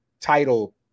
title